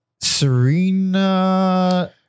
Serena